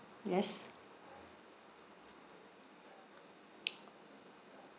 yes